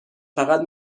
فقط